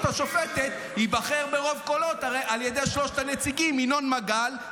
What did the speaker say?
נציג הרשות השופטת ייבחר ברוב קולות על ידי שלושת הנציגים: ינון מגל,